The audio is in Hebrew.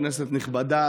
כנסת נכבדה,